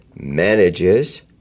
manages